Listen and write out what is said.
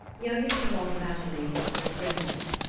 youngest of all the battle-maidens was brynhild.